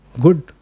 Good